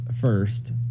first